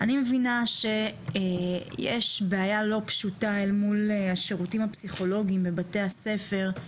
אני מבינה שיש בעיה לא פשוטה אל מול השירותים הפסיכולוגיים בבתי הספר,